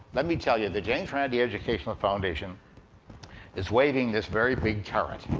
let me tell you, the james randi educational foundation is waving this very big carrot,